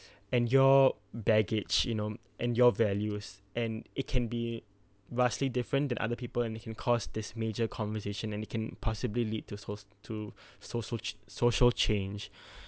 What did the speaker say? and your baggage you know and your values and it can be vastly different than other people and can cause this major conversation and it can possibly lead to host to social social change